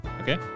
okay